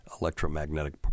electromagnetic